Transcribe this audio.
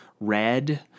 red